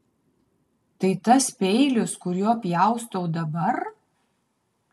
tai tas peilis kuriuo pjaustau dabar